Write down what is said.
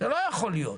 זה לא יכול להיות.